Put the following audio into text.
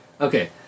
Okay